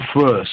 first